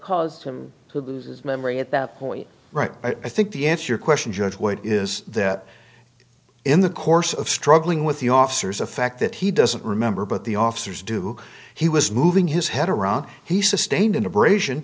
caused him who loses memory at that point right i think the answer your question judge what is that in the course of struggling with the officers a fact that he doesn't remember but the officers do he was moving his head around he sustained an abrasion